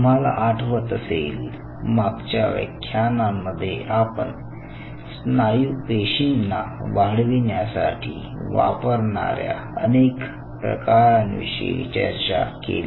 तुम्हाला आठवत असेल मागच्या व्याख्यानांमध्ये आपण स्नायू पेशींना वाढविण्यासाठी वापरणाऱ्या अनेक प्रकारांविषयी चर्चा केली